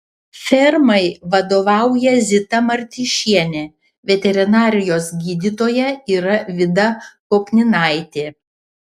fermai vadovauja zita martyšienė veterinarijos gydytoja yra vida kopninaitė